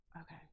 Okay